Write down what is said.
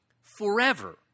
forever